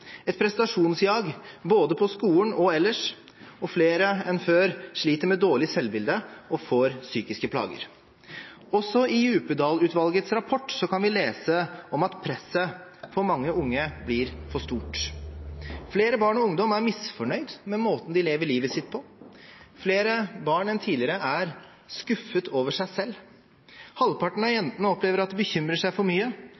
et prestasjonsjag både på skolen og ellers, og flere enn før sliter med dårlig selvbilde og får psykiske plager. Også i Djupedal-utvalgets rapport kan vi lese at presset for mange unge blir for stort. Flere barn og ungdommer er misfornøyd med måten de lever livet sitt på. Flere barn enn tidligere er skuffet over seg selv. Halvparten av jentene opplever at de bekymrer seg for mye,